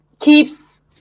keeps